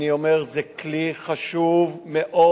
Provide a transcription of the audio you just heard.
אני אומר: זה כלי חשוב מאוד.